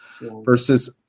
versus